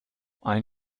ein